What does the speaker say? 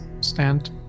stand